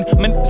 man